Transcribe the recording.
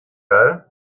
geil